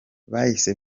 bahise